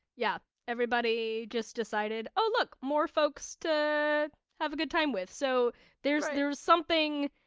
yeah everybody just decided oh look, more folks to have a good time with'. so there's there's something,